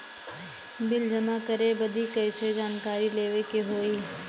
Bill जमा करे बदी कैसे जानकारी लेवे के होई?